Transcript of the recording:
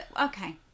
Okay